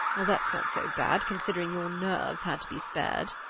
well, that's not so bad, considering your nerves had to be spared.